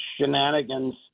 shenanigans